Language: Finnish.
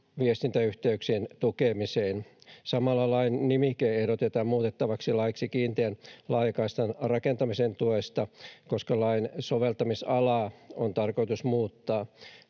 viestintäyhteyksien tukemiseen. Samalla lain nimike ehdotetaan muutettavaksi laiksi kiinteän laajakaistan rakentamisen tuesta, koska lain soveltamisalaa on tarkoitus muuttaa.